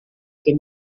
que